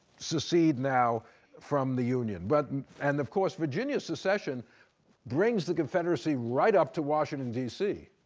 secede now from the union. but and and of course, virginia's secession brings the confederacy right up to washington, d c.